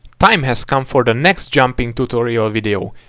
time has come for the next jumping tutorial video!